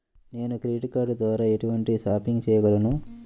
నేను credit card ద్వార ఎటువంటి షాపింగ్ చెయ్యగలను?